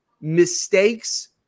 mistakes